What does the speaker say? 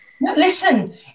Listen